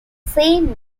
same